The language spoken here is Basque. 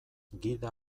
gida